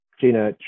Gina